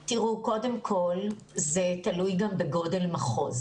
תראו, קודם כל זה תלוי גם בגודל המחוז.